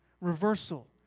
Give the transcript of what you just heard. Reversal